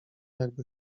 jakby